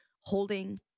holding